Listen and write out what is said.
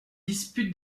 dispute